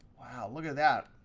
wow, look at that.